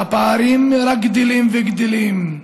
והפערים רק גדלים וגדלים.